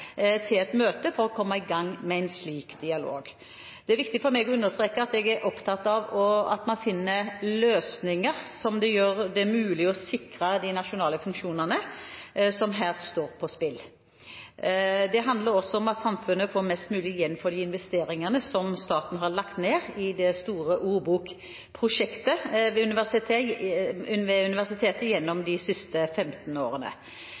til et møte for å komme i gang med en slik dialog. Det er viktig for meg å understreke at jeg er opptatt av at man finner løsninger som gjør det mulig å sikre de nasjonale funksjonene som her står på spill. Det handler også om at samfunnet får mest mulig igjen for de investeringene som staten har lagt ned i det store ordbokprosjektet ved universitetet gjennom de siste 15 årene.